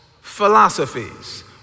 philosophies